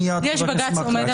אני לא עוסק בזה.